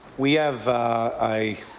we have i